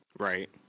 Right